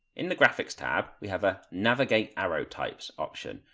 in the graphics tab we have a navigational arrow types option,